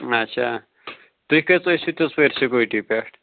اَچھا تُہۍ کٔژ ٲسِو تیٚلہِ تِژھ پھِر سٕکوٗٹی پٮ۪ٹھ